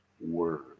word